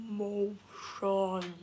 motion